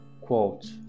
quote